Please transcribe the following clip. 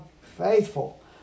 faithful